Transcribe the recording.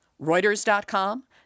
Reuters.com